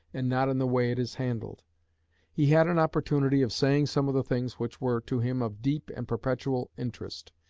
and not in the way it is handled he had an opportunity of saying some of the things which were to him of deep and perpetual interest,